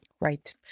Right